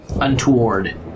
untoward